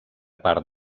part